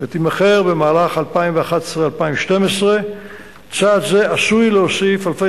ותימכר במהלך 2011 2012. צעד זה עשוי להוסיף אלפי